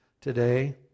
today